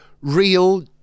real